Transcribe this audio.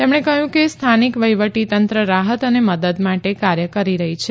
તેમણે કહ્યું કે સ્થાનિક વહીવટીતંત્ર રાહત અને મદદ માટે કાર્ય કરી રહી છે